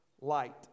light